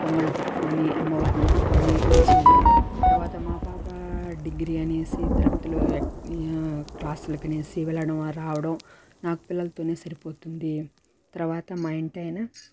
పొంగళ్ళు పెట్టుకోని అమ్మవారిని మొక్కుకొని వచ్చేది తర్వాత మా పాప డిగ్రీ అనేసి తిరుపతిలో క్లాసులకనేసి వెళ్ళడము రావడం నాకు పిల్లలతోనే సరిపోతుంది తరవాత మా ఇంటాయన